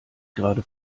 gerade